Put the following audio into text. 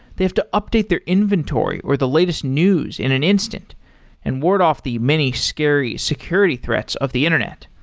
they have to update their inventory or the latest news in an instant and ward off the many scary security threats of the internet.